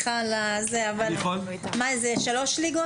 זה שלוש ליגות?